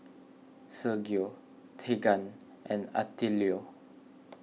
Sergio Teagan and Attilio